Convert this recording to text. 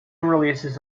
releases